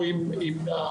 או עם ההורים,